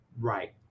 Right